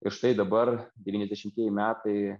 ir štai dabar devyniasdešimtieji metai